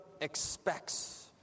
expects